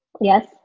Yes